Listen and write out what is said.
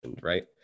Right